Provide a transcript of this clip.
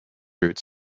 routes